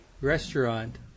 restaurant